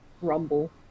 rumble